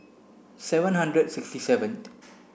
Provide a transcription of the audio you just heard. seven hundred sixty seventh